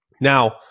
Now